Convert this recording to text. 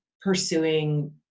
pursuing